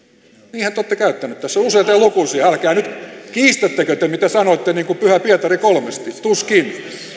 niinhän te olette käyttänyt tässä useita ja lukuisia älkää nyt kiistättekö te mitä sanoitte niin kuin pyhä pietari kolmesti tuskin